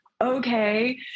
okay